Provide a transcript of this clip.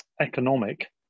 economic